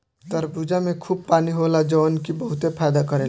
तरबूजा में खूब पानी होला जवन की बहुते फायदा करेला